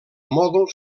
mòdul